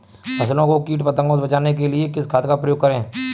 फसलों को कीट पतंगों से बचाने के लिए किस खाद का प्रयोग करें?